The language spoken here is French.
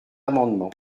amendement